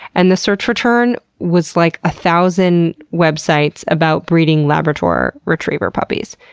and the search return was like a thousand websites about breeding labrador retriever puppies.